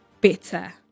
better